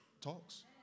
talks